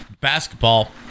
Basketball